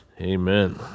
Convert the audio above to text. Amen